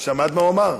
שמעת מה הוא אמר?